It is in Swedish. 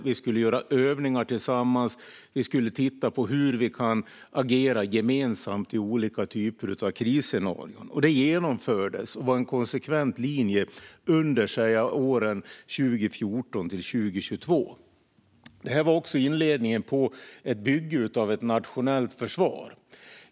Vi skulle göra övningar tillsammans. Vi skulle titta på hur vi kan agera gemensamt i olika typer av krisscenarier. Det genomfördes och var en konsekvent linje under tiden våren 2014 till 2022. Det var också inledningen på ett bygge av ett nationellt försvar.